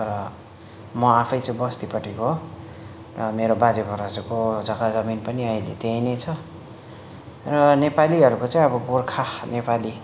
तर म आफै चाहिँ बस्तीपट्टिको हो र मेरो बाजे बराज्यूको जग्गा जमिन पनि अहिले त्यहीँ नै छ र नेपालीहरूको चाहिँ अब गोर्खा नेपाली